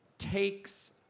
Takes